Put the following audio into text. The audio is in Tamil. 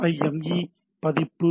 ஈ பதிப்பு உள்ளது